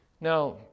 now